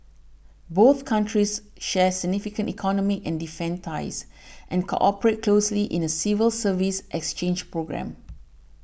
both countries share significant economic and defence ties and cooperate closely in a civil service exchange programme